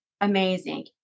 amazing